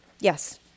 yes